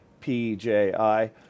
PJI